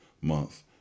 Month